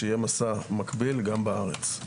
שיהיה מסע מקביל גם בארץ.